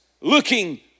looking